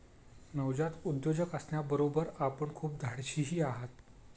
नवजात उद्योजक असण्याबरोबर आपण खूप धाडशीही आहात